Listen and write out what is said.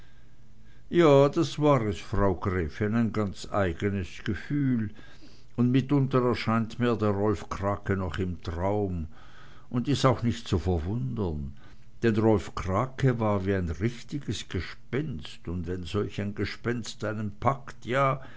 ja das war es frau gräfin ein ganz eigenes gefühl und mitunter erscheint mir der rolf krake noch im traum un is auch nicht zu verwundern denn rolf krake war wie ein richtiges gespenst und wenn solch gespenst einen packt ja